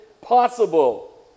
possible